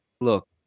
look